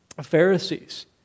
Pharisees